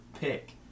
pick